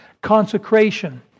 consecration